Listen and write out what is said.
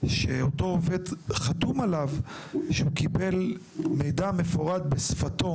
שאותו עובד חתום עליו שהוא קיבל מידע מפורט בשפתו